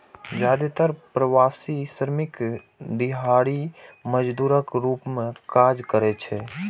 जादेतर प्रवासी श्रमिक दिहाड़ी मजदूरक रूप मे काज करै छै